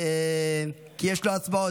כי יש לו הצבעות.